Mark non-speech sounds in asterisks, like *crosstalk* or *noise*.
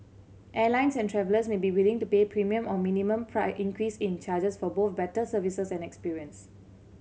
airlines and travellers may be willing to pay premium or minimum *unintelligible* increase in charges for both better services and experience